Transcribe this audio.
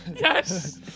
Yes